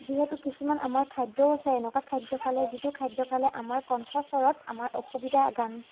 যিহেতু কিছুমান আমাৰ খাদ্যও আছে এনেকুৱা খাদ্য খালে যিটো খাদ্য খালে আমাৰ কণ্ঠস্বৰত আমাৰ অসুবিধা গান